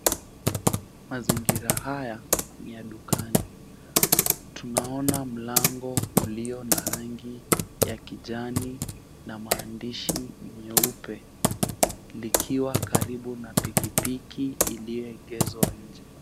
Mazingira haya ni ya dukani tunaona mlango ulio na rangi ya kijani na maandishi meupe likiwa karibu na pikipiki iliyoekezwa nje.